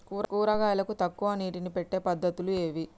కూరగాయలకు తక్కువ నీటిని పెట్టే పద్దతులు ఏవి?